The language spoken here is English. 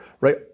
right